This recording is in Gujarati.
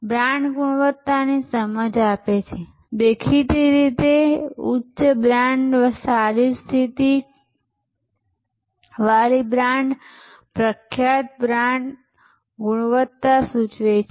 બ્રાન્ડ ગુણવત્તાની સમજ આપે છેદેખીતી રીતે ઉચ્ચ બ્રાન્ડ સારી સ્થિતિવાળી બ્રાન્ડ પ્રખ્યાત બ્રાન્ડ ગુણવત્તા સૂચવે છે